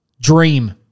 Dream